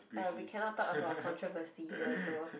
uh we cannot talk about controversy here so